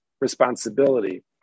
responsibility